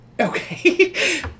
Okay